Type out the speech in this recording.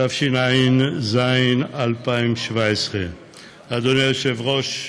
התשע"ז 2017. אדוני היושב-ראש,